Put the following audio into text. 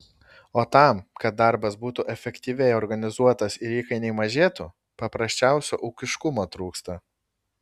o tam kad darbas būtų efektyviai organizuotas ir įkainiai mažėtų paprasčiausio ūkiškumo trūksta